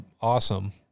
awesome